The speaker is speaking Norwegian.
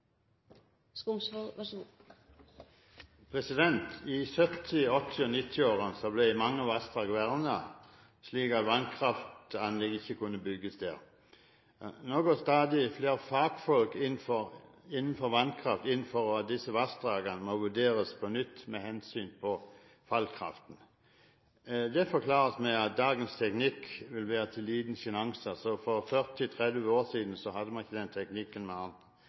I 1970-, 1980- og 1990-årene ble mange vassdrag vernet. Så vannkraftanlegg kunne ikke bygges der. Nå går stadig flere fagfolk innenfor vannkraft inn for at disse vassdragene må vurderes på nytt, med hensyn til fallkraften. Det forklares med at dagens teknikk vil være til liten sjenanse. For 30–40 år siden hadde man ikke den teknikken